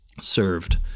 served